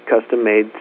custom-made